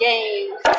Games